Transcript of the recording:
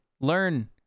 learn